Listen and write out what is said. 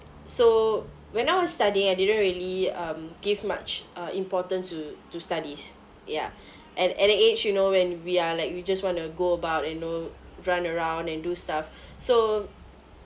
so when I was studying I didn't really um give much uh importance to to studies ya and at a age you know when we are like we just want to go about and you know run around and do stuff so